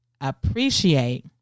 appreciate